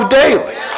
daily